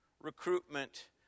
recruitment